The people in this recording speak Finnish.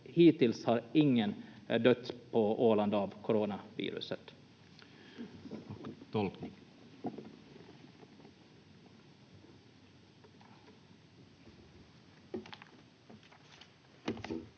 hittills har ingen på Åland dött av coronaviruset.